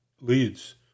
leads